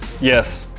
Yes